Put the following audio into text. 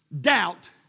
doubt